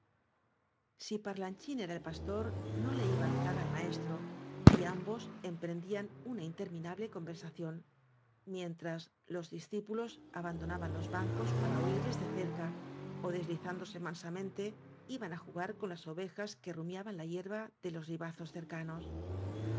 si parlanchín era el pastor no le iba en zaga el maestro y ambos emprendían una intermina ble conversación mientras los discípulos abando naban los bancos para oírles de cerca ó deslizán dose mansamente iban á jugar con las ovejas que rumiaban la hierba de los ribazos cercanos